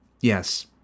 yes